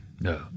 No